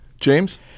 James